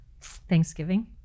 thanksgiving